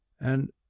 And